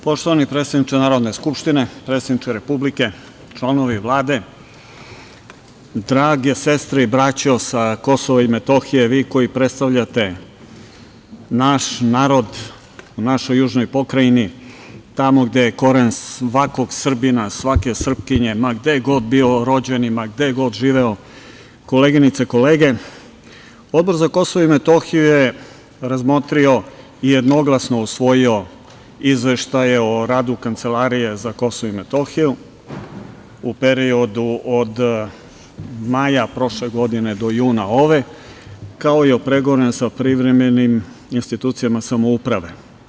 Poštovani predsedniče Narodne skupštine, predsedniče Republike, članovi Vlade, drage sestre i braćo sa Kosova i Metohije, vi koji predstavljate naš narod u našoj južnoj pokrajini, tamo gde je koren svakog Srbina, svake Srpkinje, ma gde god bio rođen, ma gde god živeo, koleginice i kolege, Odbor za Kosovo i Metohiju je razmotrio i jednoglasno usvojio izveštaje o radu Kancelarije za Kosovo i Metohiju u periodu od maja prošle godine do juna ove, kao i o pregovorima sa privremenim institucijama samouprave.